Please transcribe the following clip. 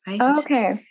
Okay